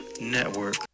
NETWORK